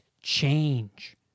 change